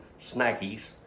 snackies